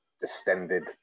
distended